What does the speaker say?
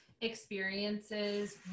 experiences